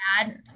add